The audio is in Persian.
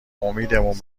امیدمون